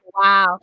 Wow